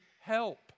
help